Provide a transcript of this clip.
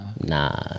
Nah